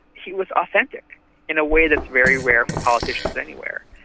he was authentic in a way that's very rare for politicians anywhere.